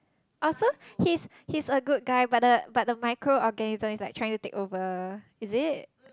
oh so he's he's a good guy but the but the micro organism is like trying to take over is it